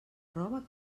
roba